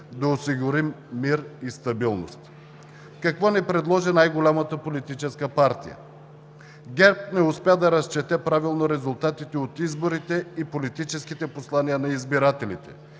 да осигурим мир и стабилност. Какво ни предложи най-голямата политическа партия? ГЕРБ не успя да разчете правилно резултатите от изборите и политическите послания на избирателите